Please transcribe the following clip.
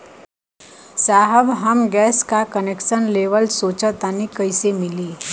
साहब हम गैस का कनेक्सन लेवल सोंचतानी कइसे मिली?